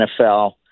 NFL